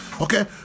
Okay